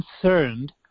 concerned